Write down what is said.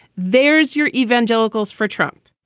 there's your evangelicals for trump.